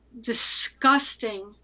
disgusting